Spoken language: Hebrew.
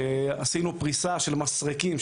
עשיו פריסה של מסרקים,